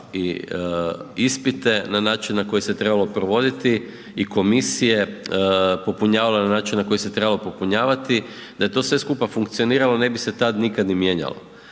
i ispite na način na koji se trebalo provoditi i komisije popunjavala na način na koji se trebalo popunjavati. Da je to sve skupa funkcioniralo ne bi se tad nikad ni mijenjalo.